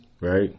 right